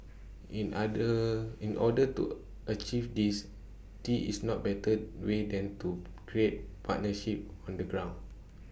in other in order to achieve this these is no better way than to create partnerships on the ground